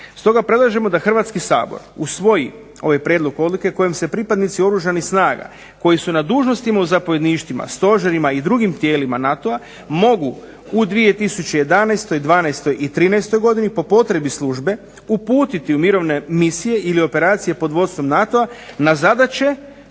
Stoga predlažemo da Hrvatski sabor usvoji ovaj prijedlog odluke kojom se pripadnici Oružanih snaga koji su na dužnostima u zapovjedništvima, stožerima i drugim tijelima NATO-a mogu u 2011., 2012. i 2013. godini po potrebi službe uputiti u mirovne misije ili operacije pod vodstvom NATO-a na zadaće